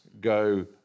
go